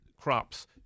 crops